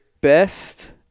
best